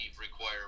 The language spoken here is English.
require